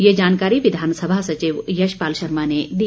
ये जानकारी विधानसभा सचिव यशपाल शर्मा ने दी